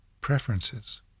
preferences